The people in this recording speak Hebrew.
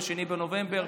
ב-2 בנובמבר,